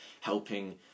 helping